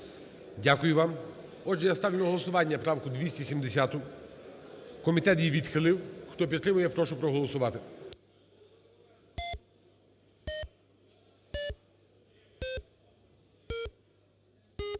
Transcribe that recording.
Дякую вам. Отже, я ставлю на голосування правку 270. Комітет її відхилив. Хто підтримує, прошу проголосувати.